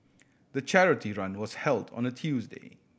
the charity run was held on a Tuesday